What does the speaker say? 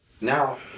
Now